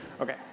Okay